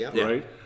right